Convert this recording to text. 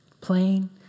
Plain